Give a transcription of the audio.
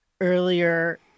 earlier